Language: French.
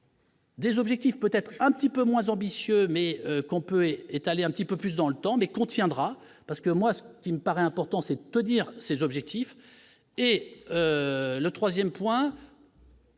Des objectifs peut-être un petit peu moins ambitieux mais qu'on peut étaler un petit peu plus dans le temps mais contiendra parce que moi ce qui me paraît important, c'est tout dire ces objectifs et le 3ème point.